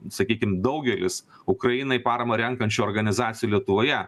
sakykim daugelis ukrainai paramą renkančių organizacijų lietuvoje